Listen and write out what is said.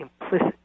implicit